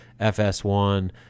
fs1